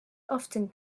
often